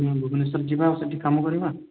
ଆମେ ଭୁବନେଶ୍ଵର ଯିବା ଆଉ ସେ'ଠି କାମ କରିବା